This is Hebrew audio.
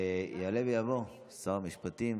יעלה ויבוא שר המשפטים.